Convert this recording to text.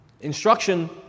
Instruction